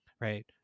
right